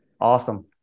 Awesome